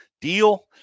deal